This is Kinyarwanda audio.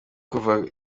kusa